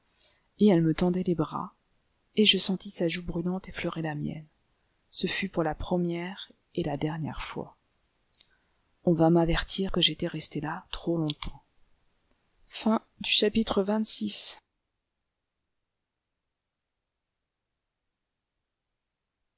et elle me tendait les bras et je sentis sa joue brûlante effleurer la mienne ce fut pour la première et la dernière fois on vint m'avertir que j'étais resté là trop longtemps xxvii